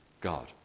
God